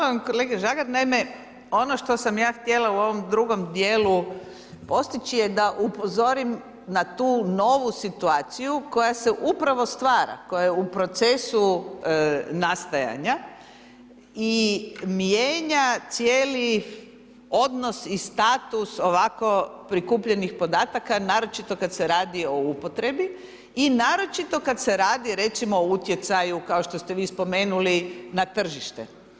Hvala vam kolega Žagar, naime, ono što sam aj htjela u ovom drugom djelu postići je da upozorim na tu novu situaciju koja se upravo stvara, koja je u procesu nastajanja i mijenja cijeli odnos i status ovako prikupljenih podataka naročito kad se radi o upotrebi i naročito kad se radi recimo o utjecaju kao što ste vi spomenuli, na tržištu.